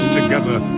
together